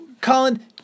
Colin